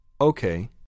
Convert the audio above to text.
Okay